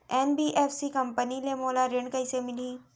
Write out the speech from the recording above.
NBFC company ले मोला ऋण कइसे मिलही?